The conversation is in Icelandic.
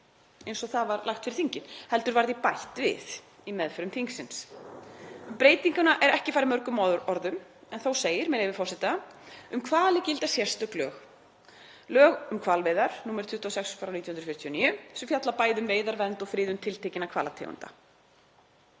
eins og það var lagt fyrir þingið heldur var því bætt við í meðförum þingsins. Um breytinguna er ekki farið mörgum orðum en þó segir, með leyfi forseta: „Um hvali gilda sérstök lög, lög um hvalveiðar, nr. 26/1949, sem fjalla bæði um veiðar, vernd og friðun tiltekinna hvalategunda.